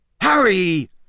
Harry